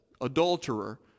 adulterer